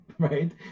Right